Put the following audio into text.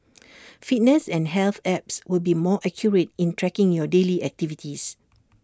fitness and health apps will be more accurate in tracking your daily activities